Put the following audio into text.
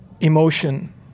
emotion